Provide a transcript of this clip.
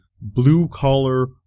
blue-collar